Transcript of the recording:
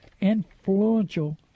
influential